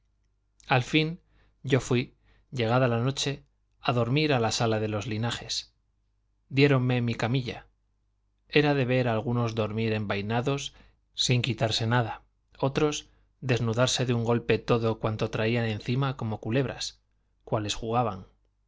al fin yo fui llegada la noche a dormir a la sala de los linajes diéronme mi camilla era de ver algunos dormir envainados sin quitarse nada otros desnudarse de un golpe todo cuanto traían encima como culebras cuáles jugaban